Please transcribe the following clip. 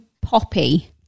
poppy